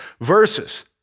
verses